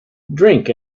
drink